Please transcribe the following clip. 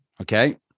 okay